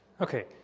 Okay